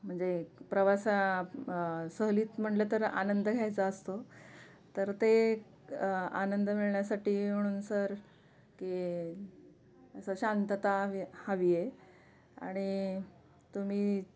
म्हणजे प्रवासा सहलीत म्हणलं तर आनंद घ्यायचा असतो तर ते आनंद मिळण्यासाठी म्हणून सर की असा शांतता हवी आहे आणि तुम्ही